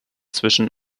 zwischen